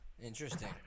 interesting